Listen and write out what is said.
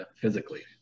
physically